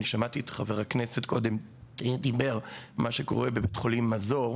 שמעתי את חבר הכנסת שדיבר על מה שקורה בבית החולים מזור,